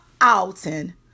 Alton